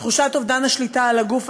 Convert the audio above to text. תחושת האובדן על הגוף,